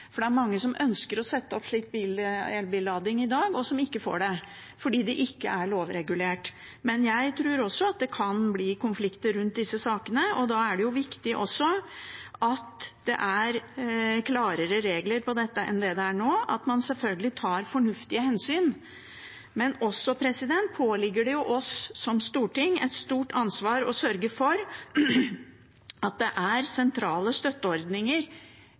Det er mange som ønsker å sette opp slik elbillading i dag, men ikke får det fordi det ikke er lovregulert. Jeg tror også at det kan bli konflikter rundt disse sakene, og da er det jo viktig at det er klarere regler enn det er nå, og at man selvfølgelig tar fornuftige hensyn. Men det påligger også oss som storting et stort ansvar for å sørge for at det er sentrale støtteordninger